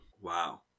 Wow